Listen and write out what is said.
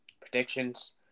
Predictions